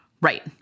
Right